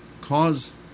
cause